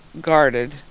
guarded